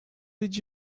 did